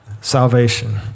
salvation